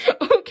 okay